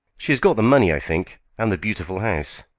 she has got the money, i think and the beautiful house.